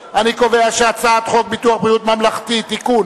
הצעת חוק ביטוח בריאות ממלכתי (תיקון,